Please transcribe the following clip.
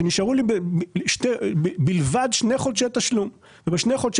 נשארו לי שני חודשי תשלום בלבד ובשני חודשי